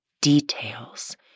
details